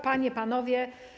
Panie i Panowie!